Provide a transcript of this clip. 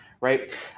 right